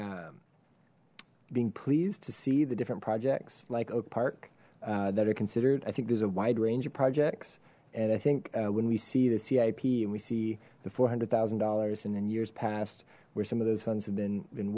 being being pleased to see the different projects like oak park that are considered i think there's a wide range of projects and i think when we see the cip and we see the four hundred thousand dollars and then years past where some of those funds have been been